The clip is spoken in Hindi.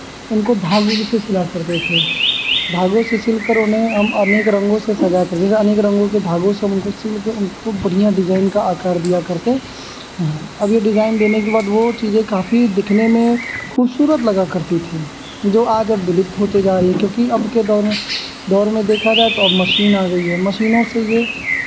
उनको धागों से सिला करते थे धागों से सिलकर उन्हें हम अनेक रंगों से सजाकर जैसे अनेक रंगों के धागों से हम उनको सिल के उनको बढ़ियाँ डिज़ाइन का आकार दिया करते हैं अब ये डिज़ाइन देने के बाद वो चीज़ें काफ़ी दिखने में खूबसूरत लगा करती थीं जो आज अब विलुप्त होते जा रही हैं क्योंकि अब के दौर में दौर में देखा जाए तो अब मशीन आ गई है मशीनों से ये